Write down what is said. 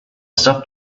stuffed